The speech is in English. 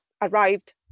arrived